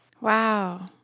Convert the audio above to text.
Wow